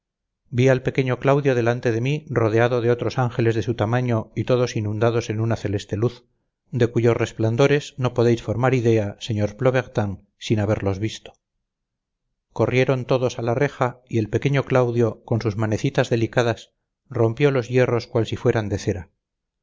vi al pequeño claudio delante de mí rodeado de otros ángeles de su tamaño y todos inundados en una celeste luz de cuyos resplandores no podéis formar idea sr plobertin sin haberlos visto corrieron todos a la reja y el pequeño claudio con sus manecitas delicadas rompió los hierros cual si fueran de cera